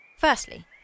Firstly